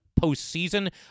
postseason